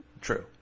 True